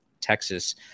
Texas